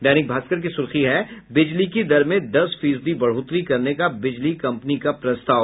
दैनिक भास्कर की सुर्खी है बिजली की दर में दस फीसदी बढ़ोतरी करने का बिजली कम्पनी का प्रस्ताव